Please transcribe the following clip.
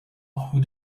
who